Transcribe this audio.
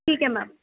ٹھیک ہے میم